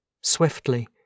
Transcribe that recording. Swiftly